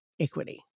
equity